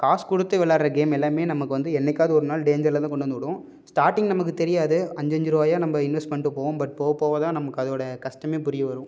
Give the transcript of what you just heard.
காசு கொடுத்து விளையாட்ற கேம் எல்லாம் நமக்கு வந்து என்றைக்காவது ஒரு நாள் டேஞ்சரில் தான் கொண்டு வந்து விடும் ஸ்டாட்டிங் நமக்கு தெரியாது அஞ்சஞ்சு ரூபாயா நம்ம இன்வெஸ்ட் பண்ணிட்டு போவோம் பட் போக போக தான் நமக்கு அதோடய கஷ்டம் புரிய வரும்